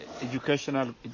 educational